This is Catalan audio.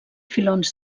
filons